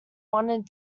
wanted